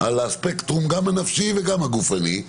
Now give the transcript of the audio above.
על הספקטרום גם הנפשי וגם הגופני,